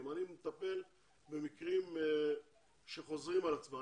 אלא הוא מטפל במקרים שחוזרים על עצמם.